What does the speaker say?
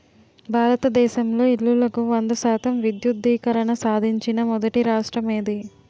భారతదేశంలో ఇల్లులకు వంద శాతం విద్యుద్దీకరణ సాధించిన మొదటి రాష్ట్రం ఏది?